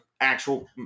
actual